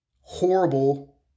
horrible